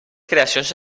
creacions